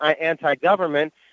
anti-government